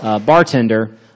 bartender